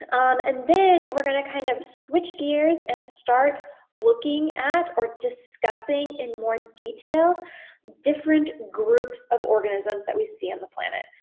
um and then we're gonna kind of switch gears and start looking at, or discussing in more detail different groups of organisms that we see on planet.